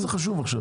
מה זה חשוב עכשיו?